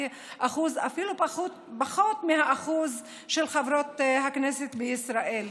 אפילו פחות מאחוז חברות הכנסת בישראל.